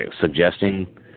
suggesting